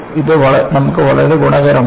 ഇത് നമുക്ക് വളരെ ഗുണകരമാണ്